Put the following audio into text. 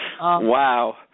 Wow